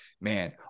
man